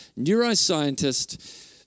neuroscientist